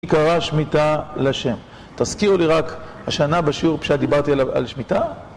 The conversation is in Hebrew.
היא קראה שמיטה לשם, תזכירו לי רק, השנה בשיעור פשט דיברתי על שמיטה?